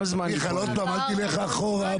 מיכאל עוד פעם, אל תלך אחורה.